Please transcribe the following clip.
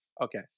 Okay